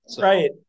Right